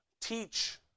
teach